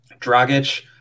Dragic